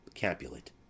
Capulet